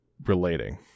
relating